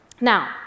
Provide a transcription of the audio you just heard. Now